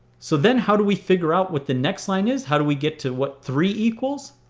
so then how do we figure out what the next line is? how do we get to what three equals?